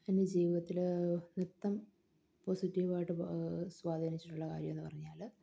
എൻ്റെ ജീവിതത്തിൽ നൃത്തം പോസിറ്റീവായിട്ട് സ്വാധീനിച്ചിട്ടുള്ള കാര്യം എന്നു പറഞ്ഞാൽ